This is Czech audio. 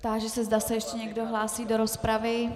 Táži se, zda se ještě někdo hlásí do rozpravy.